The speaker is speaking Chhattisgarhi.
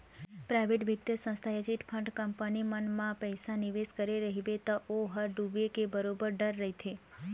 पराइवेट बित्तीय संस्था या चिटफंड कंपनी मन म पइसा निवेस करे रहिबे त ओ ह डूबे के बरोबर डर रहिथे